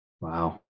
Wow